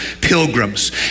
pilgrims